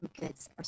goods